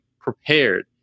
prepared